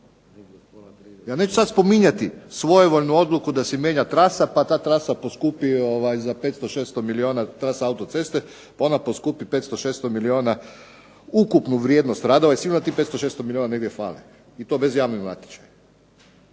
Ja neću sad spominjati svojevoljnu odluku da se mijenja trasa pa ta trasa poskupi za 500, 600 milijuna, trasa autocesta, ona poskupi 500, 600 milijuna ukupnu vrijednost radova i sigurno da tih 500, 600 milijuna negdje fali i to bez javnog natječaja,